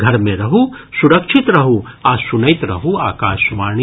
घर मे रहू सुरक्षित रहू आ सुनैत रहू आकाशवाणी